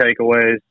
takeaways